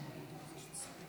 בבקשה,